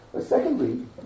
Secondly